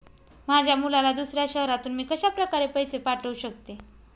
माझ्या मुलाला दुसऱ्या शहरातून मी कशाप्रकारे पैसे पाठवू शकते?